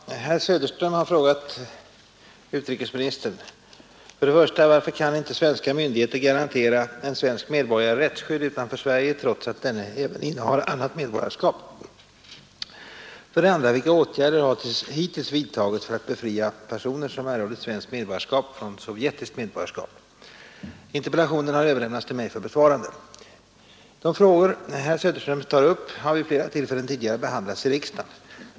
Fru talman! Herr Söderström har frågat utrikesministern 96 1. Varför kan inte svenska myndigheter garantera en svensk medbor gare rättsskydd utanför Sverige, trots att denne även innehar annat medborgarskap? Interpellationen har överlämnats till mig för besvarande. De frågor herr Söderström tar upp har vid flera tillfällen tidigare behandlats i riksdagen.